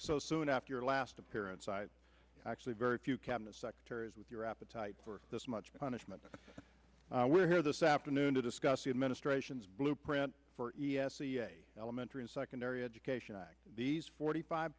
so soon after last appearance actually very few cabinet secretaries with your appetite for this much punishment we're here this afternoon to discuss the administration's blueprint for e s e a elementary and secondary education act these forty five